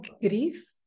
grief